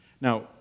Now